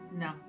No